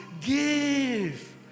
give